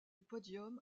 podium